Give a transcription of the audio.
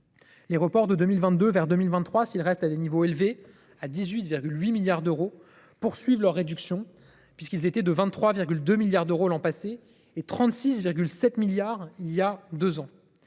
Les reports de 2022 vers 2023, s’ils restent à des niveaux élevés, à 18,8 milliards d’euros, poursuivent leur réduction, après 23,2 milliards d’euros l’an passé et 36,7 milliards d’euros il y a deux ans.